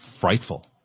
frightful